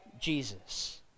Jesus